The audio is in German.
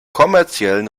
kommerziellen